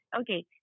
Okay